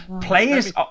Players